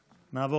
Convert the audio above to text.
הכנסת.